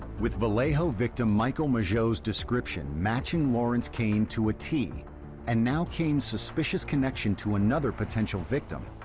with vallejo victim michael mageau's description matching lawrence kane to a tee and now kane's suspicious connection to another potential victim,